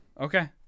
Okay